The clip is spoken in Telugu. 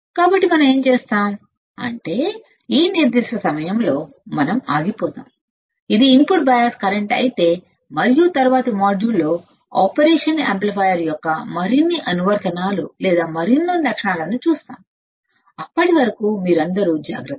కాబట్టి మనం ఏమి చేస్తాం అంటే ఈ నిర్దిష్ట సమయంలో మనం ఆగిపోదాం ఇది ఇన్పుట్ బయాస్ కరెంట్ అయితే మరియు తరువాతి మాడ్యూల్ లో ఆపరేషన్ యాంప్లిఫైయర్ యొక్క మరిన్ని అనువర్తనాలు లేదా మరిన్ని లక్షణాలను చూస్తాము అప్పటి వరకు మీరు అందరూ జాగ్రత్త